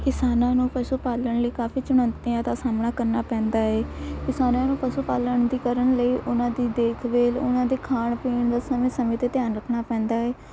ਕਿਸਾਨਾਂ ਨੂੰ ਪਸ਼ੂ ਪਾਲਣ ਲਈ ਕਾਫੀ ਚੁਣੌਤੀਆਂ ਦਾ ਸਾਹਮਣਾ ਕਰਨਾ ਪੈਂਦਾ ਏ ਕਿਸਾਨਾਂ ਨੂੰ ਪਸ਼ੂ ਪਾਲਣ ਦੀ ਕਰਨ ਲਈ ਉਹਨਾਂ ਦੀ ਦੇਖ ਵੇਲ ਉਹਨਾਂ ਦੇ ਖਾਣ ਪੀਣ ਦਾ ਸਮੇਂ ਸਮੇਂ 'ਤੇ ਧਿਆਨ ਰੱਖਣਾ ਪੈਂਦਾ ਏ